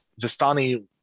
Vistani